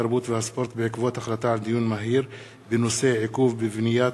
התרבות והספורט בעקבות דיון מהיר בנושא: עיכוב בבניית